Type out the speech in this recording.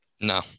No